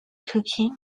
cooking